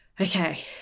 okay